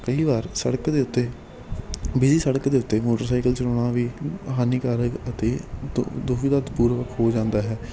ਕਈ ਵਾਰ ਸੜਕ ਦੇ ਉੱਤੇ ਵਿਜੀ ਸੜਕ ਦੇ ਉੱਤੇ ਮੋਟਰਸਾਈਕਲ ਚਲਾਉਣਾ ਵੀ ਹਾਨੀਕਾਰਕ ਅਤੇ ਦੁ ਦੁਵਿਧਾ ਪੂਰਵਕ ਹੋ ਜਾਂਦਾ ਹੈ